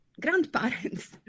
grandparents